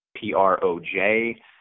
P-R-O-J